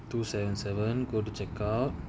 two seven seven go to checkout